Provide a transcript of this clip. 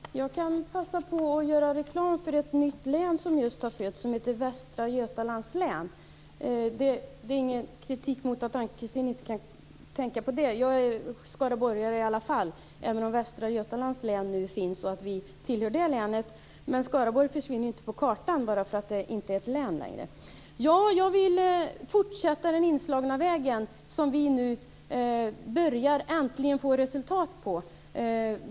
Fru talman! Jag kan passa på att göra reklam för ett nytt län som just har fötts och som heter Västra Götalands län. Det är ingen kritik mot att Ann-Kristin Fösker inte tänkte på det. Jag är skaraborgare i alla fall, även om Västra Götalands län nu finns och vi nu tillhör det länet. Men Skaraborg försvinner ju inte från kartan bara för att det inte längre är ett län. Jag vill fortsätta på den inslagna vägen som vi nu äntligen ser börjar ge resultat.